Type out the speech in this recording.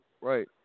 right